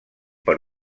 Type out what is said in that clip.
per